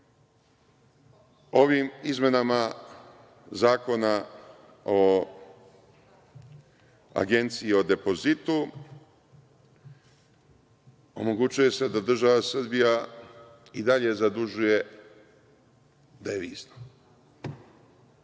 izmenama Zakona o Agenciji za depozite omogućuje da se država Srbija i dalje zadužuje devizno,